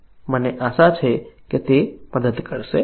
મને આશા છે કે તે મદદ કરશે